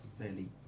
fairly